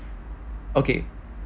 okay